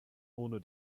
ohne